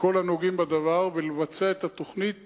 וכל הנוגעים בדבר ולבצע את התוכנית